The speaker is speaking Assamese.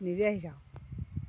নিজে আহিছে